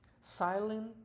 silent